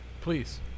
Please